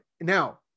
Now